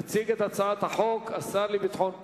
יציג את הצעת החוק השר לביטחון פנים,